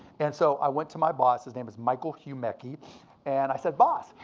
and so i went to my boss. his name is michael humecki and i said, boss.